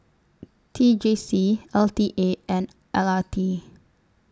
T J C L T A and L R T